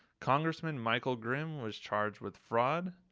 congressman michael grimm was charged with fraud,